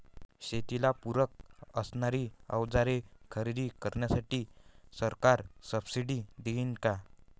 शेतीला पूरक असणारी अवजारे खरेदी करण्यासाठी सरकार सब्सिडी देईन का?